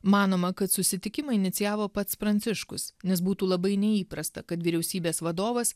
manoma kad susitikimą inicijavo pats pranciškus nes būtų labai neįprasta kad vyriausybės vadovas